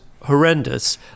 horrendous